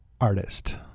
artist